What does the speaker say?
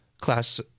Class